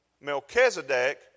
Melchizedek